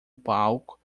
palco